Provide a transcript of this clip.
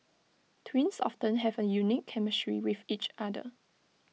twins often have A unique chemistry with each other